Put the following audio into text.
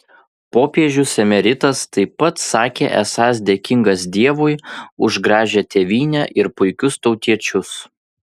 popiežius emeritas taip pat sakė esąs dėkingas dievui už gražią tėvynę ir puikius tautiečius